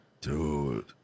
Dude